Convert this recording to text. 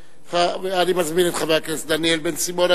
אני מזמין את חבר הכנסת דניאל בן-סימון,